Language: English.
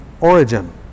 origin